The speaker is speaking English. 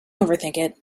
overthink